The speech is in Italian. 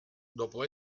dopo